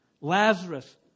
Lazarus